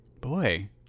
Boy